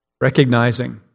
recognizing